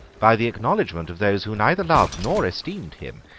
by the acknowledgment of those who neither loved nor esteemed him,